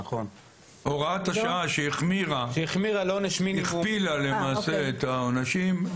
הוראת השעה שהחמירה, הכפילה למעשה את העונשים.